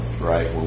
right